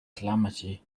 calamity